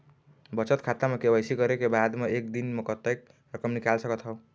बचत खाता म के.वाई.सी करे के बाद म एक दिन म कतेक रकम निकाल सकत हव?